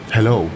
Hello